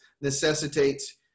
necessitates